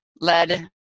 led